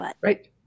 Right